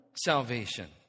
salvation